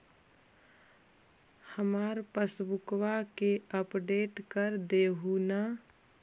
हमार पासबुकवा के अपडेट कर देहु ने?